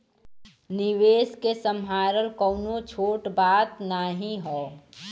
निवेस के सम्हारल कउनो छोट बात नाही हौ